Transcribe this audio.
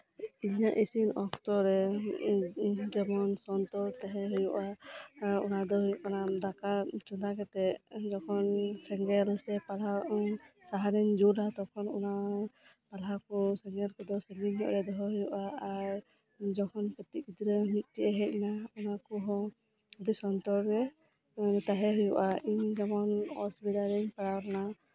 ᱤᱧᱟᱹᱜ ᱤᱥᱤᱱ ᱚᱠᱛᱚᱨᱮ ᱤᱧ ᱡᱮᱢᱚᱱ ᱥᱚᱱᱛᱚᱨ ᱛᱟᱦᱮᱱ ᱦᱳᱭᱳᱜᱼᱟ ᱚᱱᱟ ᱫᱚ ᱦᱳᱭᱳᱜ ᱠᱟᱱᱟ ᱫᱟᱠᱟ ᱪᱚᱸᱫᱟ ᱠᱟᱛᱮᱫ ᱡᱚᱠᱷᱚᱱ ᱥᱮᱸᱜᱮᱞ ᱥᱮ ᱯᱟᱞᱟ ᱥᱟᱦᱟᱱ ᱤᱧ ᱨᱮᱧ ᱡᱳᱞᱼᱟ ᱛᱚᱠᱷᱚᱱ ᱚᱱᱟ ᱯᱟᱞᱟ ᱠᱚ ᱥᱮᱸᱜᱮᱞ ᱠᱷᱚᱱ ᱫᱚ ᱥᱟᱹᱜᱤᱧ ᱧᱚᱜ ᱨᱮ ᱫᱚᱦᱚ ᱦᱳᱭᱳᱜᱼᱟ ᱟᱨ ᱡᱮᱠᱷᱚᱱ ᱠᱟᱹᱴᱤᱡ ᱜᱤᱫᱽᱨᱟᱹ ᱢᱤᱫ ᱴᱮᱱ ᱦᱮᱡ ᱮᱱᱟ ᱚᱱᱟ ᱠᱚᱦᱚᱸ ᱟᱹᱰᱤ ᱥᱚᱱᱛᱚᱨ ᱨᱮ ᱛᱟᱦᱮᱱ ᱦᱳᱭᱳᱜᱼᱟ ᱤᱧ ᱡᱮᱢᱚᱱ ᱚᱥᱩᱵᱤᱫᱷᱟ ᱨᱤᱧ ᱯᱟᱲᱟᱣ ᱞᱮᱱᱟ